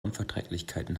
unverträglichkeiten